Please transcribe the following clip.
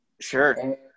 Sure